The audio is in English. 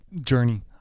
journey